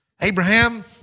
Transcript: Abraham